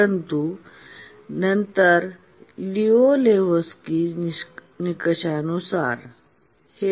परंतु त्यानंतर लिऊ लेहोक्स्कीच्या निकषा नुसारLiu Lehoczky's criterion